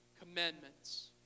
commandments